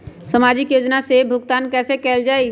सामाजिक योजना से भुगतान कैसे कयल जाई?